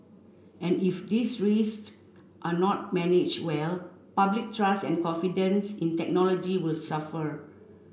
and if these are not manage well public trust and confidence in technology will suffer